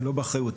לא באחריות.